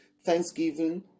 thanksgiving